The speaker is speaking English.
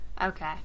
Okay